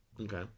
Okay